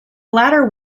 latter